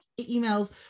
emails